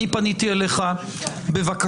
אני פניתי אליך בבקשה,